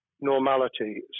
normality